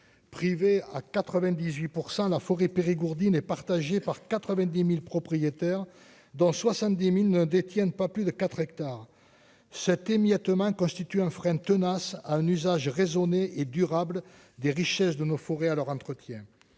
privé à 98 % la forêt périgourdine est partagé par 90000 propriétaires dans 70000 ne détiennent pas plus de 4 hectares cet émiettement constitue un frein tenace à un usage raisonné et durable des richesses de nos forêts à leur entretien